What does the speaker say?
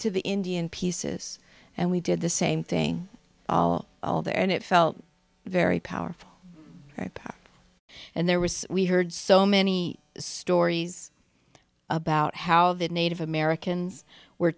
to the indian pieces and we did the same thing all there and it felt very powerful and there was we heard so many stories about how the native americans were